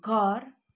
घर